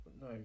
No